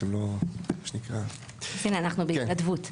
אז הנה אנחנו בהתנדבות.